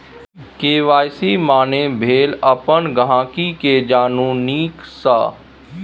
KYC माने भेल अपन गांहिकी केँ जानु नीक सँ